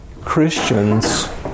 Christians